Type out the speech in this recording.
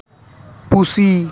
ᱯᱩᱥᱤ